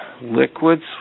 liquids